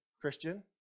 Christian